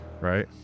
Right